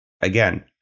Again